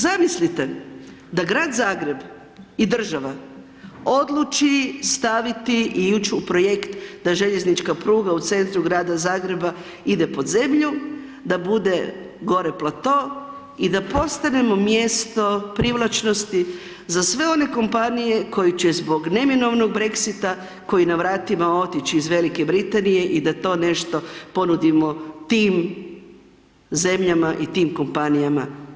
Zamislite da grad Zagreb i država odluči staviti i ić u projekt da željeznička pruga u centru grada Zagreba ide pod zemlju, da bude gore plato i da postanemo mjesto privlačnosti za sve one kompanije koje će zbog neminovnog Brexita koji je na vratima, otići iz V. Britanije i da to nešto ponudimo tim zemljama i tim kompanijama.